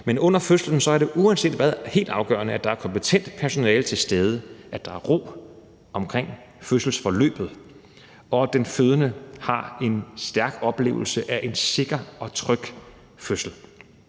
men under fødslen er det uanset hvad helt afgørende, at der er kompetent personale til stede, at der er ro omkring fødselsforløbet, og at den fødende har en stærk oplevelse af en sikker og tryg fødsel.